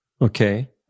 Okay